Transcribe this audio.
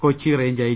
Kochi range I